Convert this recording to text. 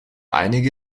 einige